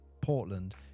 Portland